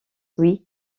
oui